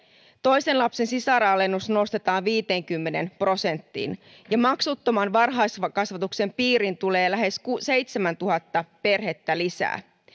toisen lapsen sisaralennus nostetaan viiteenkymmeneen prosenttiin ja maksuttoman varhaiskasvatuksen piiriin tulee lähes seitsemäntuhatta perhettä lisää